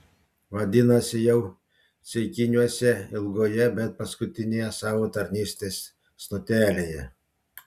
vadinasi jau ceikiniuose ilgoje bet paskutinėje savo tarnystės stotelėje